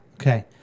Okay